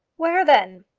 where, then?